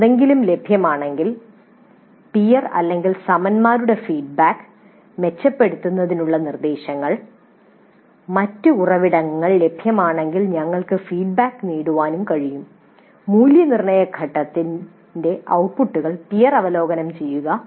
എന്തെങ്കിലും ലഭ്യമാണെങ്കിൽ പിയർ സമൻമാരുടെ ഫീഡ്ബാക്ക് മെച്ചപ്പെടുത്തുന്നതിനുള്ള നിർദ്ദേശങ്ങൾ മറ്റ് ഉറവിടങ്ങൾ ലഭ്യമാണെങ്കിൽ ഞങ്ങൾക്ക് ഫീഡ്ബാക്ക് നേടാനും കഴിയും മൂല്യനിർണ്ണയ ഘട്ടത്തിന്റെ ഔട്ട്പുട്ടുകൾ പിയർ അവലോകനം ചെയ്യുക